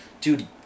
Dude